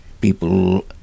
people